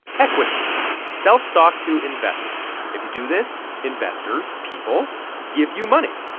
equity sell stock to investors. if you do this, investors people give you money.